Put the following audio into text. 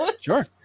sure